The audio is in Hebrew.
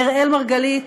אראל מרגלית,